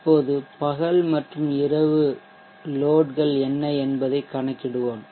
இப்போது பகல் மற்றும் இரவு லோட்கள் என்ன என்பதைக் கணக்கிடுவோம்